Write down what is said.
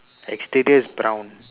exterior is brown